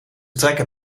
trekken